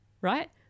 Right